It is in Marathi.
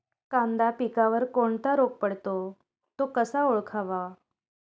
कांदा पिकावर कोणता रोग पडतो? तो कसा ओळखावा?